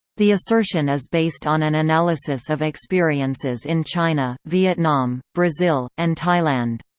the assertion is based on an analysis of experiences in china, vietnam, brazil, and thailand.